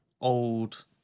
old